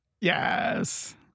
Yes